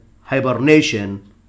hibernation